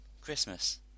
Christmas